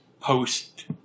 post